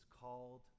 called